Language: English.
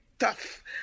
Tough